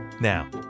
Now